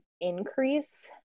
increase